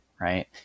right